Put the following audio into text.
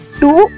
two